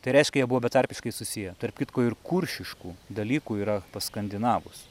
tai reiškia jie buvo betarpiškai susiję tarp kitko ir kuršiškų dalykų yra pas skandinavus